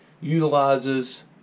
utilizes